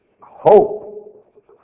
hope